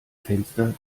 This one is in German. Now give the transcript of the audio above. fenster